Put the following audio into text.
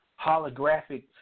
holographic